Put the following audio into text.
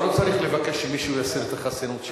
אתה לא צריך לבקש שמישהו יסיר את החסינות שלך.